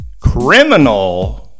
Criminal